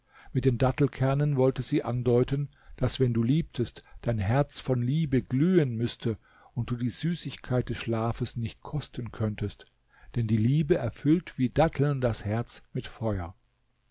mit den dattelkernen wollte sie andeuten daß wenn du liebtest dein herz von liebe glühen müßte und du die süßigkeit des schlafes nicht kosten könntest denn die liebe erfüllt wie datteln das herz mit feuer